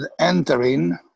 entering